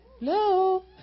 No